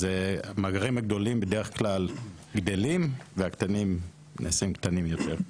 המאגרים הגדולים בדרך כלל גדלים והקטנים נעשים קטנים יותר.